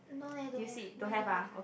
no leh don't have mine don't have